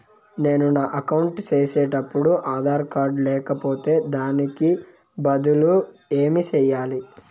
నేను నా అకౌంట్ సేసేటప్పుడు ఆధార్ కార్డు లేకపోతే దానికి బదులు ఏమి సెయ్యాలి?